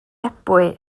ebwy